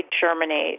germinate